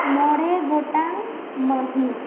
ᱢᱚᱬᱮ ᱜᱚᱴᱟᱝ ᱢᱟᱹᱦᱤᱛ